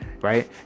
Right